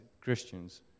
Christians